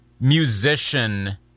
musician